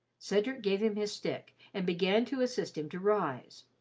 cedric gave him his stick and began to assist him to rise.